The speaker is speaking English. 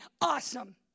Awesome